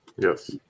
Yes